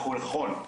אנחנו נבחן,